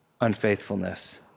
unfaithfulness